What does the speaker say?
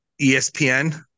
ESPN